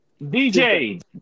DJ